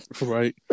Right